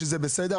שזה בסדר?